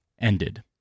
ended